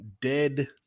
dead